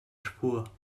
spur